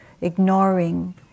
ignoring